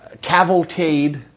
cavalcade